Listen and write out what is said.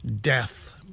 death